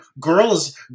girls